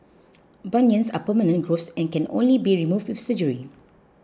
bunions are permanent growths and can only be removed with surgery